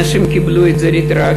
אנשים קיבלו את זה רטרואקטיבית,